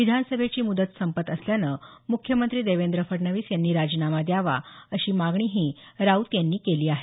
विधानसभेची मुदत संपत असल्यानं मुख्यमंत्री देवेंद्र फडणवीस यांनी राजिनामा द्यावा अशी मागणीही राऊत यांनी केली आहे